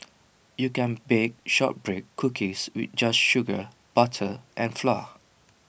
you can bake Shortbread Cookies we just sugar butter and flour